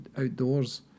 outdoors